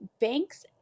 banks